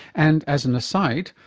and as an aside,